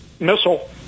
missile